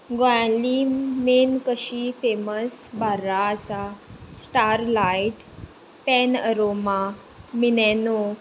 गोंयांतलीं main तशीं famous बार्रां आसा स्टारलायट पॅन अरोमा मिलेनो